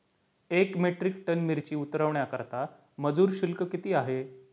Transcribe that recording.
एक metric tonne मिरची उतरवण्याकरता मजूर शुल्क किती आहे?